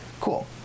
Cool